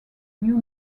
new